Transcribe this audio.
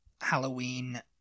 Halloween